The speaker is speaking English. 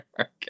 Okay